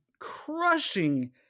Crushing